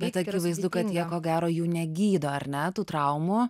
bet akivaizdu kad jie ko gero jų negydo ar ne tų traumų